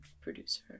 producer